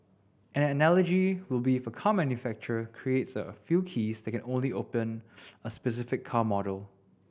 an analogy will be if a car manufacturer creates a few keys that can only open a specific car model